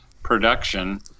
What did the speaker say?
production